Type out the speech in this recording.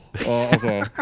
okay